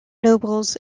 nobles